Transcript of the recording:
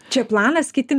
čia planas kiti